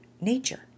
nature